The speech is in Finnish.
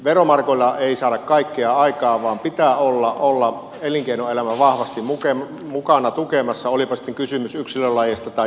veromarkoilla ei saada kaikkea aikaan vaan elinkeinoelämän pitää olla vahvasti mukana tukemassa olipa kysymys sitten yksilölajeista tai joukkueurheilusta